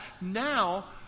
Now